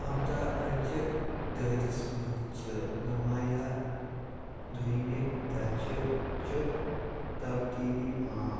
اَبدا أڈجہِ دٲدِس منٛز چھِ نُمایاں دویمہِ دَرجہٕ چہِ تبدیٖلی عام